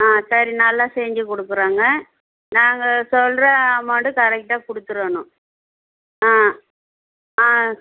ஆ சரி நல்லா செஞ்சு கொடுக்குறோங்க நாங்கள் சொல்கிற அமௌண்ட் கரெக்டாக கொடுத்துறோணும் ஆ ஆ